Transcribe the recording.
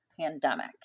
pandemic